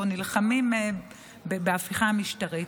נלחמים בהפיכה המשטרית.